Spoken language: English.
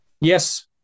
yes